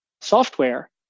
software